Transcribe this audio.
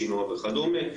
שינוע וכדומה.